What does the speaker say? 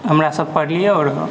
हमरा सब पढलियै आओर